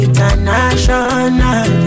International